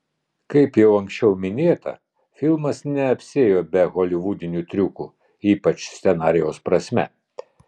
kaip jau anksčiau minėta filmas neapsiėjo be holivudinių triukų ypač scenarijaus prasme